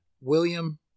William